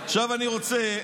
עכשיו אני רוצה,